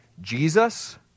Jesus